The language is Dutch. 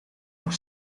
nog